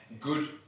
good